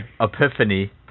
Epiphany